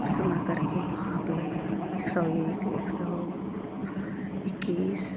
परिक्रमा करके वहाँ पर एक सौ एक एक सौ इक्कीस